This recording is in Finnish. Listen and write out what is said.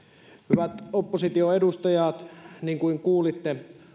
hyvät oppositioedustajat niin kuin kuulitte